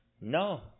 No